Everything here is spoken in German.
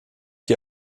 die